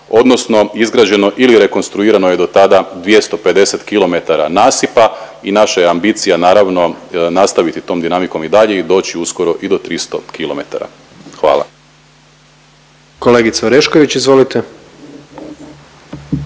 odnosno izgrađeno ili rekonstruirano je dotada 250 kilometara nasipa i naša je ambicija naravno nastaviti tom dinamikom i dalje i doći uskoro i do 300 km. Hvala. **Jandroković, Gordan